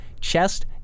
chest